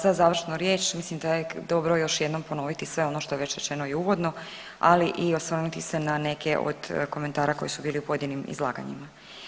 Za završnu riječ mislim da je dobro još jednom ponoviti sve ono što je već rečeno i uvodno, ali i osvrnuti se na neke od komentara koji su ili u pojedinim izlaganjima.